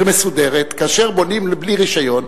כאשר בונים בלי רשיון,